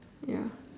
ya